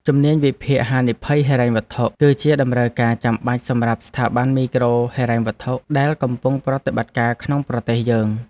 ជំនាញវិភាគហានិភ័យហិរញ្ញវត្ថុ គឺជាតម្រូវការចាំបាច់សម្រាប់ស្ថាប័នមីក្រូហិរញ្ញវត្ថុដែលកំពុងប្រតិបត្តិការក្នុងប្រទេសយើង។